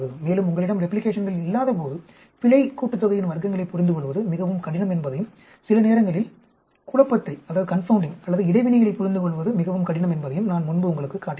மேலும் உங்களிடம் ரெப்ளிகேஷன் இல்லாதபோது பிழை கூட்டுத்தொகையின் வர்க்கங்களைப் புரிந்துகொள்வது மிகவும் கடினம் என்பதையும் அல்லது சில நேரங்களில் குழப்பத்தை அல்லது இடைவினைகளைப் புரிந்துகொள்வது மிகவும் கடினம் என்பதையும் நான் முன்பு உங்களுக்குக் காட்டினேன்